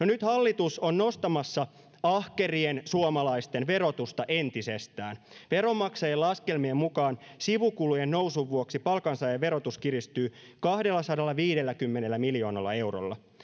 nyt hallitus on nostamassa ahkerien suomalaisten verotusta entisestään veronmaksajien laskelmien mukaan sivukulujen nousun vuoksi palkansaajien verotus kiristyy kahdellasadallaviidelläkymmenellä miljoonalla eurolla